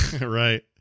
Right